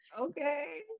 Okay